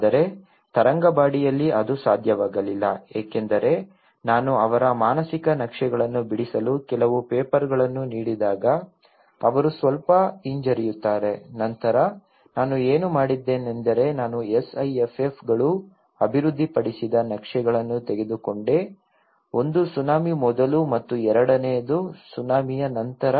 ಆದರೆ ತರಂಗಂಬಾಡಿಯಲ್ಲಿ ಅದು ಸಾಧ್ಯವಾಗಲಿಲ್ಲ ಏಕೆಂದರೆ ನಾನು ಅವರ ಮಾನಸಿಕ ನಕ್ಷೆಗಳನ್ನು ಬಿಡಿಸಲು ಕೆಲವು ಪೇಪರ್ಗಳನ್ನು ನೀಡಿದಾಗ ಅವರು ಸ್ವಲ್ಪ ಹಿಂಜರಿಯುತ್ತಾರೆ ನಂತರ ನಾನು ಏನು ಮಾಡಿದ್ದೇನೆಂದರೆ ನಾನು SIFF ಗಳು ಅಭಿವೃದ್ಧಿಪಡಿಸಿದ ನಕ್ಷೆಗಳನ್ನು ತೆಗೆದುಕೊಂಡೆ ಒಂದು ಸುನಾಮಿ ಮೊದಲು ಮತ್ತು ಎರಡನೆಯದು ಸುನಾಮಿಯ ನಂತರ